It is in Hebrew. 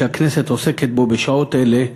שהכנסת עוסקת בו בשעות אלה,